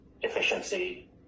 efficiency